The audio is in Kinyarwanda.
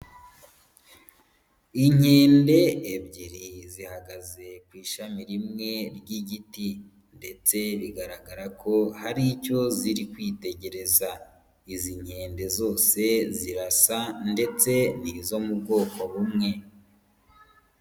Inkende ebyiri zihagaze ku ishami rimwe ry'igiti ndetse bigaragara ko hari icyo ziri kwitegereza, izi nkende zose zirasa ndetse ni izo mu bwoko bumwe.